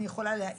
אני יכול להעיד,